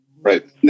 Right